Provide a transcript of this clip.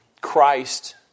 Christ